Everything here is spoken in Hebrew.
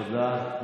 תודה.